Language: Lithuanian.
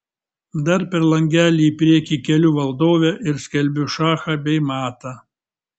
dar per langelį į priekį keliu valdovę ir skelbiu šachą bei matą